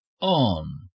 On